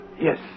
Yes